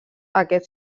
aquest